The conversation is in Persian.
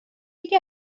یکی